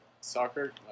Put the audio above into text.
soccer